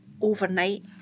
overnight